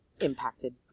impacted